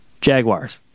Jaguars